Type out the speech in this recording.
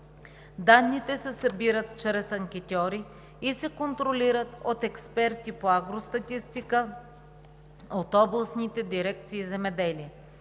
данните се събират чрез анкетьори и се контролират от експерти по агростатистика от областните дирекции „Земеделие“.